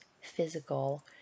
physical